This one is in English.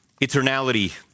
eternality